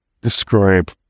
describe